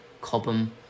Cobham